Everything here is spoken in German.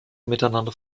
miteinander